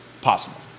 possible